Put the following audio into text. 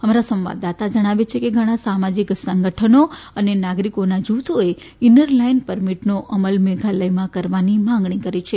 અમારા સંવાદદાતા જણાવે છે કે ઘણા સામાજીક સંગઠનો અને નાગરિકોના જુથોએ ઈનર લાઈન પરમીટનો અમલ મેઘાલયમાં કરવાની માંગણી કરી છે